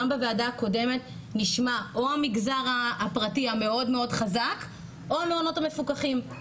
גם בוועדה הקודמת נשמע או המגזר הפרטי המאוד חזק או המעונות המפוקחים.